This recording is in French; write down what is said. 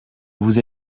vous